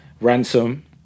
ransom